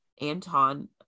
Anton